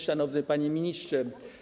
Szanowny Panie Ministrze!